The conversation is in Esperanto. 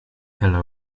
hela